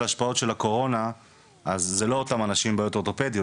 ההשפעות של הקורונה אז זה לא אותם אנשים עם בעיות אורטופדיות,